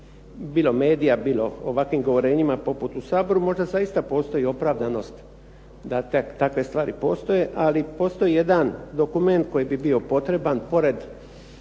bilo medija, bilo ovakvim govorenjima poput u Saboru, možda zaista postoji opravdanost da takve stvari postoje, ali postoji jedan dokument koji bi bio potreban, pored